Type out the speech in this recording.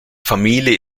familie